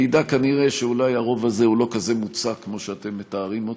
מעידה כנראה שאולי הרוב הזה הוא לא כזה מוצק כמו שאתם מתארים אותו.